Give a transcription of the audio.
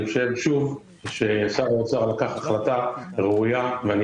אני חושב ששר האוצר לקח החלטה ראויה ואני